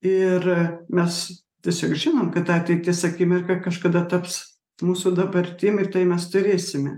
ir mes tiesiog žinom kad ta ateities akimirka kažkada taps mūsų dabartim ir tai mes turėsime